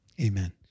Amen